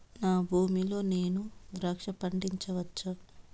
నా భూమి లో నేను ద్రాక్ష పండించవచ్చా?